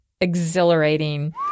exhilarating